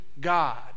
God